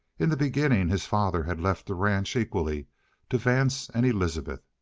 in the beginning his father had left the ranch equally to vance and elizabeth,